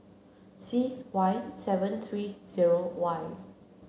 C Y seven three zero Y